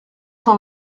cent